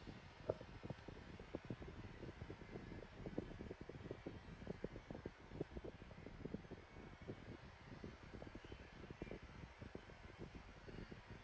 know